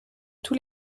tous